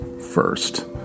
first